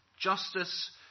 justice